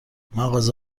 مغازه